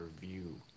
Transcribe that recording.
view